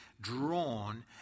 drawn